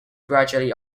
gradually